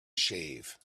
shave